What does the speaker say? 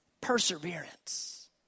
Perseverance